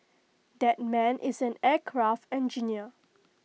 that man is an aircraft engineer